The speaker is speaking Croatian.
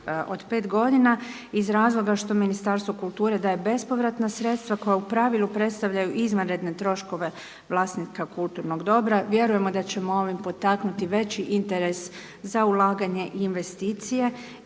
od 5 godina. Iz razloga što Ministarstvo kulture daje bespovratna sredstava koja u pravilu predstavljaju izvanredne troškove vlasnika kulturnog dobra. Vjerujem da ćemo ovim potaknuti veći interes za ulaganje i investicije